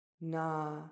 na